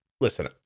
Listen